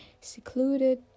secluded